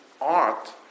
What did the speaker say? art